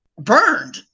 burned